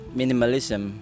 minimalism